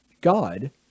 God